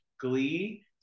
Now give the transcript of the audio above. glee